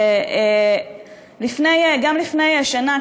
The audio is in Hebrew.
גם לפני שנה,